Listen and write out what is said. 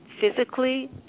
physically